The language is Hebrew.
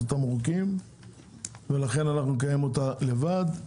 התמרוקים ולכן אנחנו נקיים את הישיבה לבד.